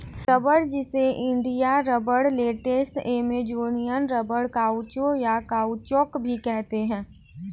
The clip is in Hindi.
रबड़, जिसे India rubber, latex, Amazonian rubber, caucho, या काउचौक भी कहा जाता है